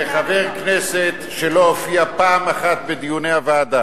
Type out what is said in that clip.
כשחבר כנסת שלא הופיע פעם אחת בדיוני הוועדה,